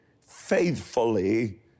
faithfully